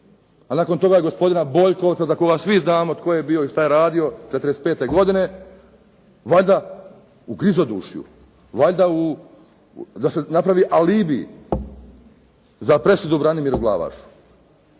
a nakon toga gospodina Boljkovca za kojega svi znamo tko je bio i šta je radio '45. godine valjda u grizodušju, valjda u, da se napravi alibi za presudu Branimiru Glavašu